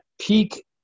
peak